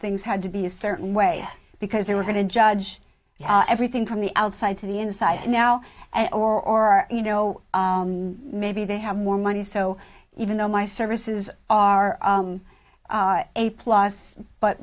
things had to be a certain way because they were going to judge everything from the outside to the inside now and or are you know maybe they have more money so even though my services are a plus but